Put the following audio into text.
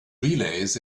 relays